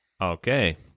Okay